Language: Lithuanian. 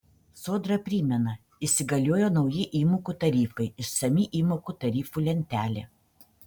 sodra primena įsigaliojo nauji įmokų tarifai išsami įmokų tarifų lentelė